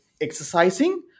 exercising